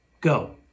go